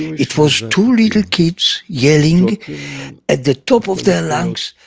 it was two little kids yelling at the top of their lungs,